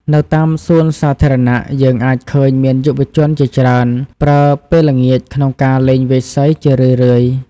នៅតាមសួនសាធារណៈ យើងអាចឃើញមានយុវជនជាច្រើនប្រើពេលល្ងាចក្នុងការលេងវាយសីជារឿយៗ។